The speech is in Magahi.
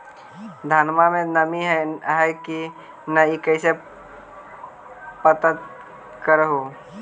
धनमा मे नमी है की न ई कैसे पात्र कर हू?